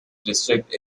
district